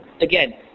again